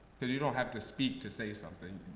because you don't have to speak to say something.